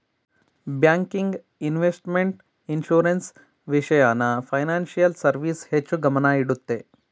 banking, investment, insurance, ವಿಷಯನ financial service ಹೆಚ್ಚು ಗಮನ ಇಡುತ್ತೆ